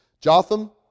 Jotham